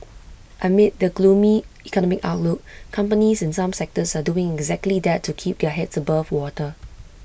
amid the gloomy economic outlook companies in some sectors are doing exactly that to keep their heads above water